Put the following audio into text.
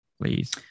please